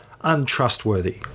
untrustworthy